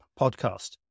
Podcast